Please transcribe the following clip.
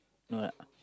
no ah